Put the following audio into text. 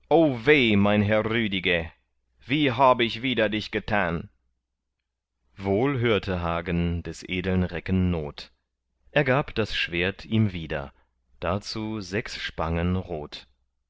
mein herr rüdiger wie hab ich wider dich getan wohl hörte hagen des edeln recken not er gab das schwert ihm wieder dazu sechs spangen rot